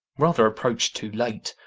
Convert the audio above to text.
rather approach'd too late.